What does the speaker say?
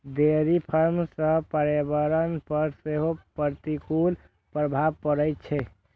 dairy farm सं पर्यावरण पर सेहो प्रतिकूल प्रभाव पड़ै छै